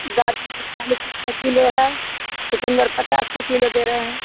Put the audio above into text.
गाजर चालीस रुपए किलो है चुकंदर पचास के किलो दे रहे हैं